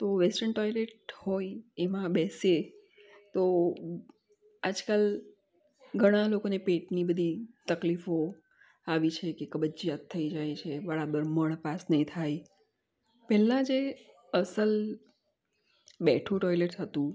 તો western toilet હોય એમાં બેસીએ તો આજકાલ ઘણા લોકોને પેટની બધી તકલીફો આવી છે કે કબજિયાત થઈ જાય છે બરાબર મળ પાસ નહીં થાય પહેલા જે અસલ બેઠુ ટોયલેટ હતું